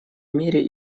мире